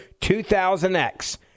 2000X